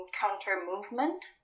counter-movement